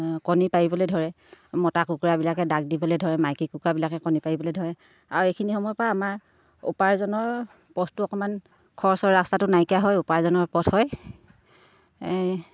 কণী পাৰিবলৈ ধৰে মতা কুকুৰাবিলাকে ডাক দিবলৈ ধৰে মাইকী কুকুৰাবিলাকে কণী পাৰিবলৈ ধৰে আৰু এইখিনি সময়ৰ পৰা আমাৰ উপাৰ্জনৰ পথটো অকণমান খৰচৰ ৰাস্তাটো নাইকিয়া হয় উপাৰ্জনৰ পথ হয় এই